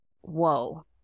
whoa